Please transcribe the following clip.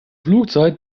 flugzeit